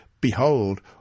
Behold